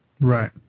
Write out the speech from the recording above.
Right